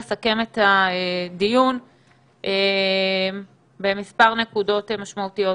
לסכם את הדיון במספר נקודות משמעותיות.